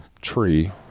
tree